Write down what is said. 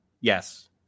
Yes